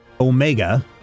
Omega